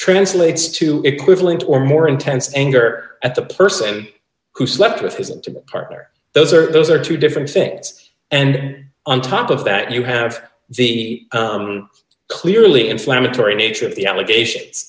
translates to equivalent or more intense anger at the person who slept with his partner those are those are two different things and on top of that you have the clearly inflammatory nature of the allegation